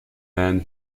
man